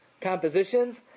compositions